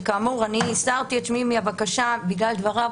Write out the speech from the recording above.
שכאמור הסרתי את שמי מהבקשה בגלל דבריו,